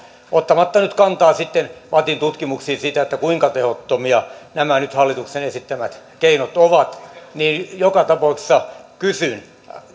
ottamatta nyt kantaa sitten vattin tutkimuksiin siitä kuinka tehottomia nämä hallituksen nyt esittämät keinot ovat joka tapauksessa kysyn arvoisalta pääministeriltä